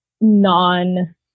non-